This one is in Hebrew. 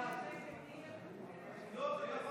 סעיף